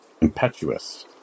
impetuous